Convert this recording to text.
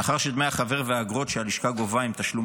מאחר שדמי החבר והאגרות שהלשכה גובה הם תשלום